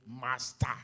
master